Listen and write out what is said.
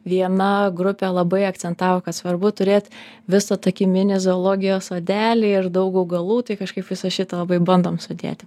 viena grupė labai akcentavo kad svarbu turėt visą tokį mini zoologijos sodelį ir daug augalų tai kažkaip visą šitą labai bandom sudėti